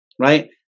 right